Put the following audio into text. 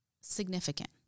significant